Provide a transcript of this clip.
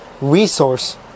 Resource